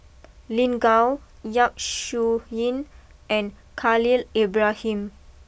Lin Gao Yap Su Yin and Khalil Ibrahim